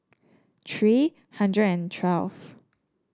tree hundred and twelve